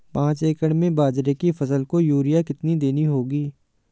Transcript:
पांच एकड़ में बाजरे की फसल को यूरिया कितनी देनी होगी?